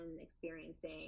experiencing